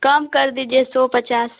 कम कर दीहिए सौ पचास